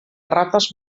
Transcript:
rates